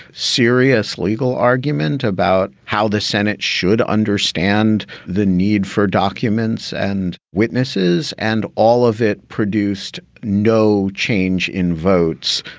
serious legal argument about how the senate should understand the need for documents and witnesses. and all of it produced no change in votes.